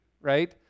right